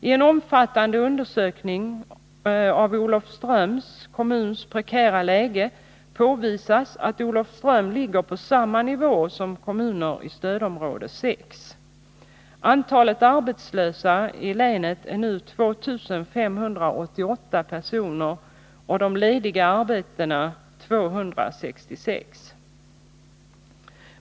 I en omfattande undersökning av Olofströms kommuns prekära läge påvisas att Olofström ligger på samma nivå som kommuner i stödområde 6.